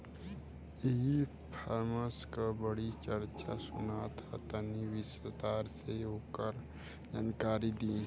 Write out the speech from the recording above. ई कॉमर्स क बड़ी चर्चा सुनात ह तनि विस्तार से ओकर जानकारी दी?